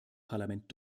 parlament